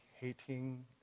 hating